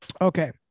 Okay